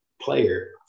player